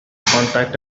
contact